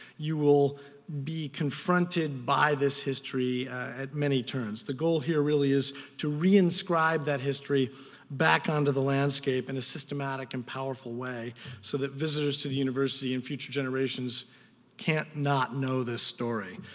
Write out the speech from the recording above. you will be confronted by this history at many turns. the goal here really is to reinscribe that history back onto the landscape in a systematic and powerful way so that visitors to the university and future generations can't not know this story.